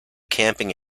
camping